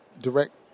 direct –